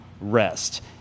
rest